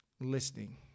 listening